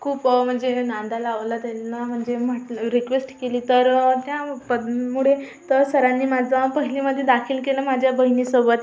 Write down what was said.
खूप म्हणजे नांदा लावला त्यांना म्हणजे म्हटलं रिक्वेस्ट केली तर त्या बद मुळे तर सरांनी माझा पहिलीमध्ये दाखल केलं माझ्या बहिणीसोबत